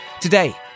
Today